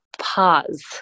pause